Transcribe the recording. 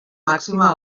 màxima